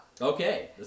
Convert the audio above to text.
Okay